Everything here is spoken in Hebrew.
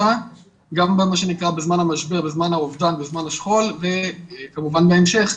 בזמן האובדן, בזמן השכול, וכמובן, בהמשך,